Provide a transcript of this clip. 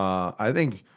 i think,